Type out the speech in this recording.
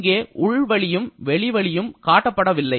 எங்கே உள்வழியும் வெளிவழியும் காட்டப்படவில்லை